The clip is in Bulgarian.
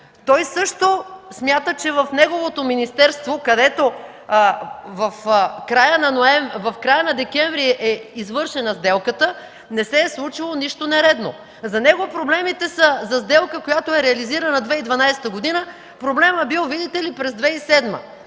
Той също смята, че в неговото министерство, където в края на декември е извършена сделката, не се е случило нищо нередно. За него сделка, която е реализирана 2012 г., проблемът бил, видите ли, през 2007 г.,